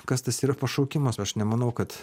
kas tas yra pašaukimas aš nemanau kad